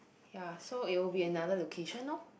ya so it will be another location orh